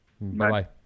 Bye-bye